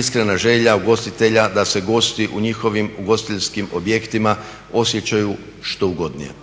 iskrena želja ugostitelja da se gosti u njihovim ugostiteljskim objektima osjećaju što ugodnije.